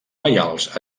maials